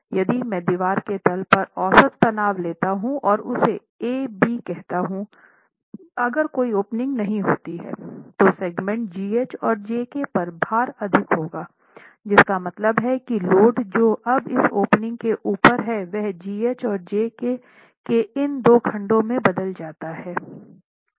यदि मैं दीवार के तल पर औसत तनाव लेता हूं और उसे A B कहता हूँ अगर कोई ओपनिंग नहीं होती है तो सेगमेंट GH और JK पर भारअधिक होगा जिसका मतलब है कि लोड जो अब इस ओपनिंग के ऊपर है वह GH और JK के इन दो खंडों में बदल जाता है